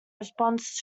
response